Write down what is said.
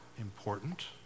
important